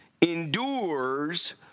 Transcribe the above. endures